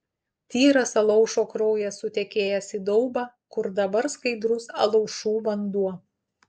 tyras alaušo kraujas sutekėjęs į daubą kur dabar skaidrus alaušų vanduo